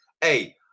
hey